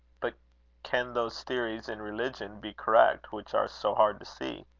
but can those theories in religion be correct which are so hard to see?